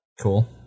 Cool